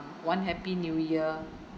one happy new year